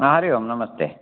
हरि ओम् नमस्ते